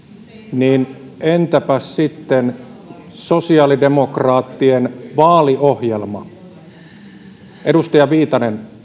mutta entäpäs sitten sosiaalidemokraattien vaaliohjelma edustaja viitanen